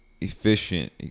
efficient